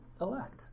elect